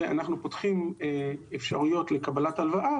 ואנחנו פותחים אפשרויות לקבלת הלוואה,